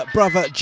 Brother